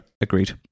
Agreed